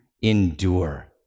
endure